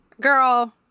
Girl